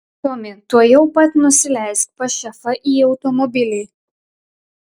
tomi tuojau pat nusileisk pas šefą į automobilį